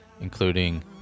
including